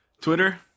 Twitter